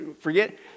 forget